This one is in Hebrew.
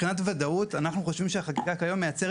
מבחינת ודאות, אנחנו חושבים שהחקיקה כיום מייצרת